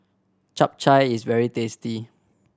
Chap Chai is very tasty